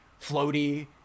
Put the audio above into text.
floaty